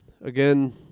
again